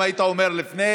אם היית אומר לפני.